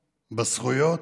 בזכויות,